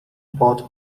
bought